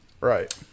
Right